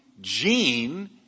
gene